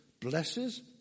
blesses